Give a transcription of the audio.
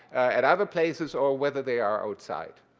at other places, or whether they are outside.